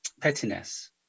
pettiness